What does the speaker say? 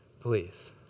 please